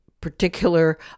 particular